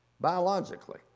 biologically